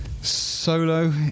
Solo